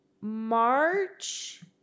March